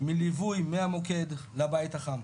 בליווי מהמוקד לבית החם,